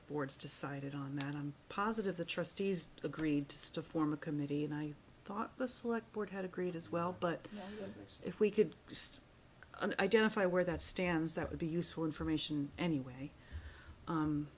boards decided on that positive the trustees agreed to stop form a committee and i thought the select board had agreed as well but if we could just and identify where that stands that would be useful information anyway